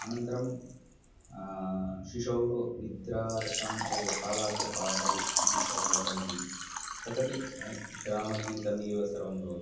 अनन्तरं शिशोः निद्रार्थम् एतद् तालाट् पाडल् इति सर्वं वदन्ति तदपि ग्रामगीतमेव सर्वं भवति